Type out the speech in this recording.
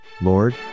Lord